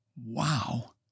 wow